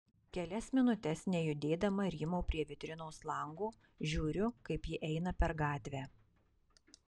kelias minutes nejudėdama rymau prie vitrinos lango žiūriu kaip ji eina per gatvę